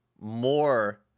more